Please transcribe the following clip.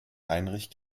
heinrich